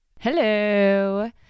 hello